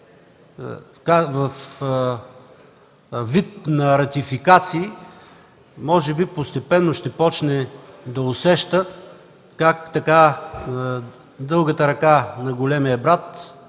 във вид на ратификации, може би постепенно ще започне да усеща как дългата ръка на големия брат